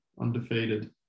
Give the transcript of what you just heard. undefeated